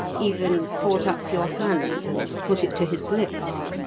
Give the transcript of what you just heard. even caught up your hand and put it to his lips?